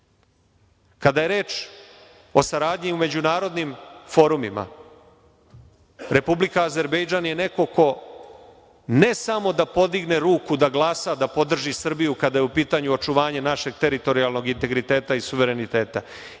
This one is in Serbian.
je reč o saradnji u međunarodnim forumima, Republika Azerbejdžan je neko ko ne samo da podigne ruku da glasa, da podrži Srbiju kada je u pitanju očuvanje našeg teritorijalnog integriteta i suvereniteta